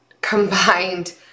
combined